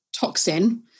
toxin